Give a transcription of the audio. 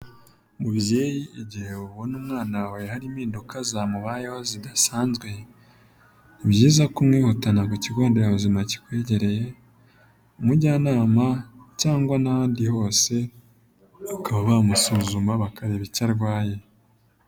Mubyeyi igihe ubonye umwana wawe hari impinduka zamubayeho zidasanzwe, ni byiza kumwihutana ku kigo nderabuzima kikwegereye, ku umujyanama cyangwa n'ahandi hose bakaba bamusuzuma bakareba icyo arwaye.